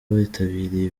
bitabiriye